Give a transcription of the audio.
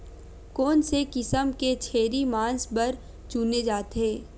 कोन से किसम के छेरी मांस बार चुने जाथे?